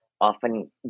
often